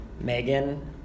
Megan